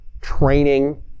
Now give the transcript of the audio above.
training